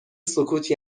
سکوت